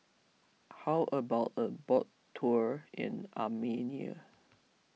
how about a boat tour in Armenia